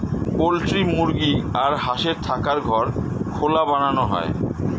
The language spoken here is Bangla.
পোল্ট্রি মুরগি আর হাঁসের থাকার ঘর খোলা বানানো হয়